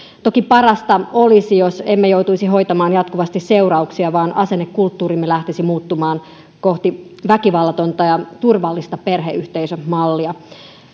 toki parasta olisi jos emme joutuisi hoitamaan jatkuvasti seurauksia vaan asennekulttuurimme lähtisi muuttumaan kohti väkivallatonta ja turvallista perheyhteisömallia